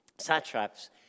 satraps